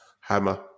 Hammer